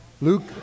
Luke